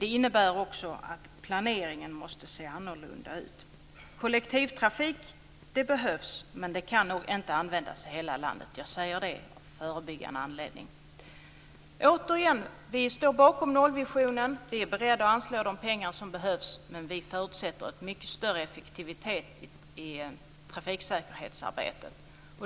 Det innebär också att planeringen måste se annorlunda ut. Kollektivtrafik behövs, men den kan nog inte användas i hela landet. Jag säger det i förebyggande syfte. Återigen, vi står bakom nollvisionen.